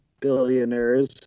billionaires